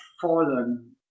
fallen